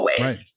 right